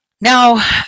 Now